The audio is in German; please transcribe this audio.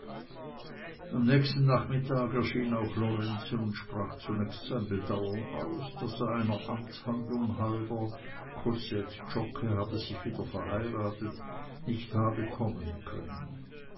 am späten nachmittag erschien auch lorenzen und sprach zunächst sein bedauern aus daß er einer amtshandlung halber kossät zschocke habe sich wieder verheiratet nicht habe kommen können